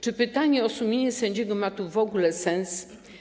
Czy pytanie o sumienie sędziego ma tu w ogóle sens?